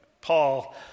Paul